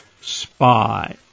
spy